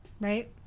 Right